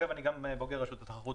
אגב, אני גם בוגר רשות התחרות